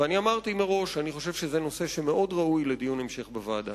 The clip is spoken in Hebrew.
ואני אמרתי מראש: אני חושב שזה נושא שמאוד ראוי לדיון המשך בוועדה.